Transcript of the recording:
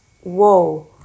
whoa